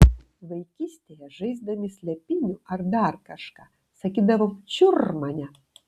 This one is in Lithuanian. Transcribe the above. vaikystėje žaisdami slėpynių ar dar kažką sakydavom čiur mane